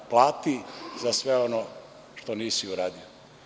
Plati za sve ono što nisi uradio.